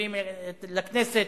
ומביאים לכנסת,